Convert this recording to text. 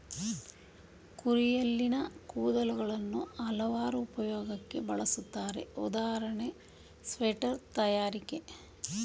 ಕುರಿಯಲ್ಲಿನ ಕೂದಲುಗಳನ್ನು ಹಲವಾರು ಉಪಯೋಗಕ್ಕೆ ಬಳುಸ್ತರೆ ಉದಾಹರಣೆ ಸ್ವೆಟರ್ ತಯಾರಿಕೆ